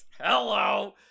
hello